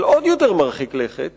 אבל עוד יותר מרחיק לכת